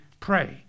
Pray